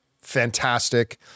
fantastic